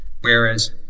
whereas